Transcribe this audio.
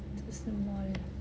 too small